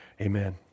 amen